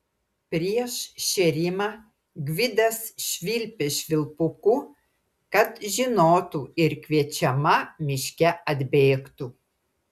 prieš šėrimą gvidas švilpė švilpuku kad žinotų ir kviečiama miške atbėgtų